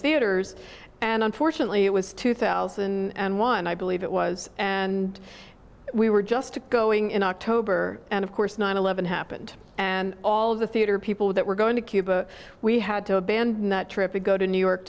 theaters and unfortunately it was two thousand and one i believe it was and we were just going in october and of course nine eleven happened and all of the theater people that were going to cuba we had to abandon that trip to go to new york